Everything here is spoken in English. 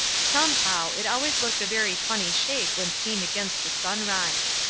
somehow, it always looked a very funny shape when seen against the sunrise.